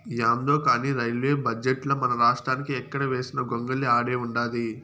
యాందో కానీ రైల్వే బడ్జెటుల మనరాష్ట్రానికి ఎక్కడ వేసిన గొంగలి ఆడే ఉండాది